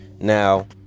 now